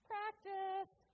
Practice